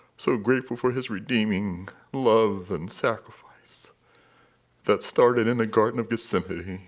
so grateful for his redeeming love and sacrifice that started in the garden of gethsemane